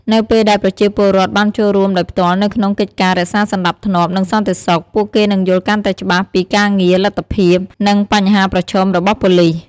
នៅពេលដែលប្រជាពលរដ្ឋបានចូលរួមដោយផ្ទាល់នៅក្នុងកិច្ចការរក្សាសណ្តាប់ធ្នាប់ និងសន្តិសុខ ពួកគេនឹងយល់កាន់តែច្បាស់ពីការងារ លទ្ធភាព និងបញ្ហាប្រឈមរបស់ប៉ូលិស។